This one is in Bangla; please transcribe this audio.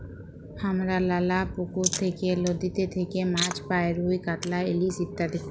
হামরা লালা পুকুর থেক্যে, লদীতে থেক্যে মাছ পাই রুই, কাতলা, ইলিশ ইত্যাদি